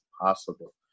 possible